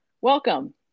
Welcome